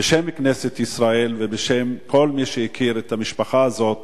בשם כנסת ישראל ובשם כל מי שהכיר את המשפחה הזאת,